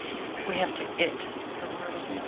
we have to it the world. and